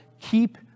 keep